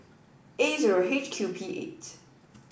A zero H Q P eight